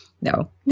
no